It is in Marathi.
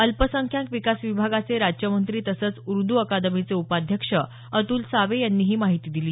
अल्पसंख्यांक विकास विभागाचे राज्यमंत्री तसंच उर्द अकादमीचे उपाध्यक्ष अतुल सावे यांनी ही माहिती दिली